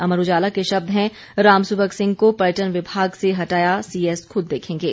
अमर उजाला के शब्द हैं रामसुभग सिंह को पर्यटन विभाग से हटाया सीएस खुद देखेंगें